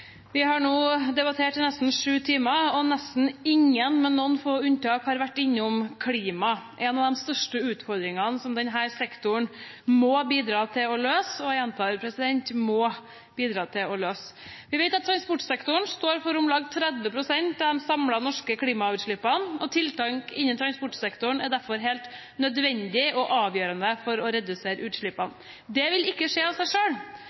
Vi har nå debattert i nesten sju timer, og nesten ingen, med noen få unntak, har vært innom klima, en av de største utfordringene som denne sektoren må bidra til å løse – jeg gjentar: må bidra til å løse. Vi vet at transportsektoren står for om lag 30 pst. av de samlede norske klimautslippene, og tiltak innen transportsektoren er derfor helt nødvendig og avgjørende for å redusere utslippene. Det vil ikke skje av seg